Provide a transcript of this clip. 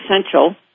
essential